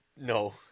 no